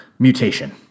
mutation